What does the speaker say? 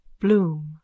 Bloom